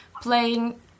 playing